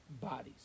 bodies